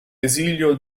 esilio